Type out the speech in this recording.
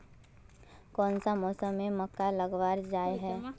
कोन सा मौसम में मक्का लगावल जाय है?